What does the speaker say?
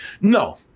No